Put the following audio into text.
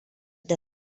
da